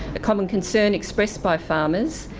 a common concern expressed by farmers,